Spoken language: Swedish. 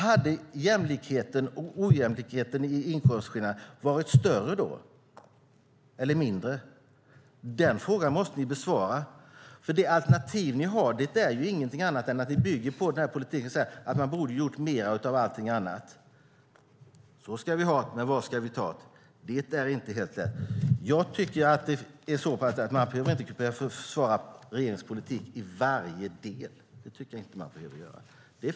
Hade ojämlikheten i inkomstskillnader då varit större eller mindre? Den frågan måste ni besvara. Det alternativ ni har är ingenting annat än att man borde ha gjort mer av allting annat. Det är inte helt lätt. Jag tycker inte att man behöver försvara regeringens politik i varje del.